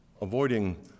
avoiding